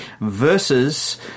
versus